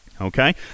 Okay